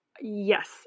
Yes